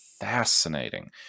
fascinating